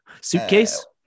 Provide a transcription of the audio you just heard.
suitcase